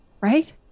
right